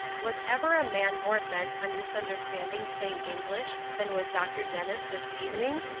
was ever a man more bent on misunderstanding plain english than was dr. dennis this evening?